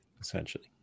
essentially